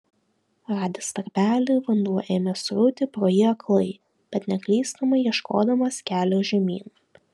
radęs tarpelį vanduo ėmė srūti pro jį aklai bet neklystamai ieškodamas kelio žemyn